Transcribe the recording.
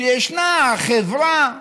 שישנה החברה,